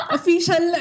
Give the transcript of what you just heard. Official